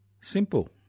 simple